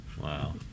Wow